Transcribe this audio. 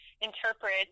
interpret